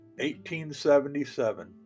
1877